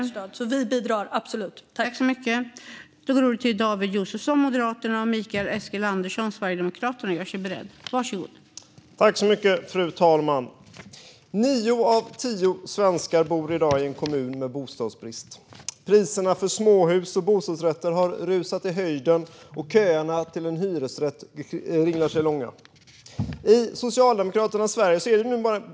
Så vi bidrar, absolut!